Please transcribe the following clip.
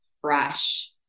fresh